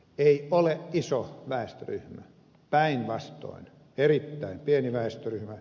ei ole iso väestöryhmä päinvastoin erittäin pieni väestöryhmä